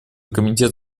комитет